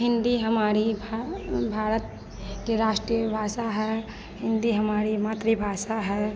हिन्दी हमारी भा भारत की राष्ट्रीय भाषा है हिन्दी हमारी मातृभाषा है